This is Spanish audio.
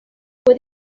fue